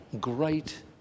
great